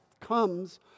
comes